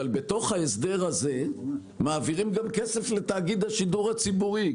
אבל בתוך ההסדר הזה מעבירים גם כסף לתאגיד השידור הציבורי.